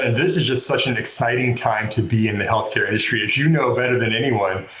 and this is such an exciting time to be in the healthcare industry, as you know better than anyone.